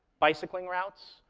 bicycling routes,